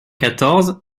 quatorze